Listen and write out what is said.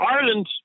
Ireland